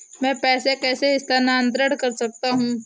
मैं पैसे कैसे स्थानांतरण कर सकता हूँ?